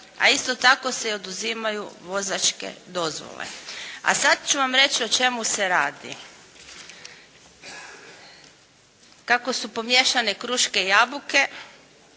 a isto tako se oduzimaju i vozačke dozvole. A sad ću vam reći o čemu se radi. Kako su pomiješane kruške i jabuke,